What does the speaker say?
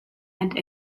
and